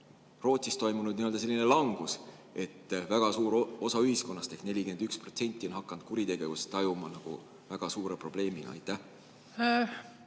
Rootsis toimunud selline langus, et väga suur osa ühiskonnast ehk 41% on hakanud kuritegevust tajuma väga suure probleemina?